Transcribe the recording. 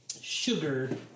Sugar